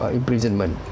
imprisonment